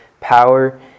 power